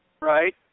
Right